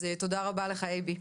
אז תודה רבה לך, אייבי.